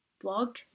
blog